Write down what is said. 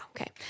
Okay